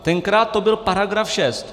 Tenkrát to byl § 6.